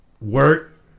work